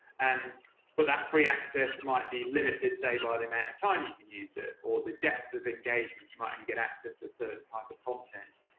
and but that free access might be limited, say, by the amount of time you can use it or the depth of engagement you might and only get access to a certain type of content.